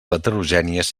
heterogènies